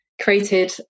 created